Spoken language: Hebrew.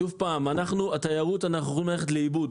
שוב, בתיירות אנחנו יכולים לתת לאיבוד.